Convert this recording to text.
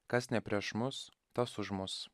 kas ne prieš mus tas už mus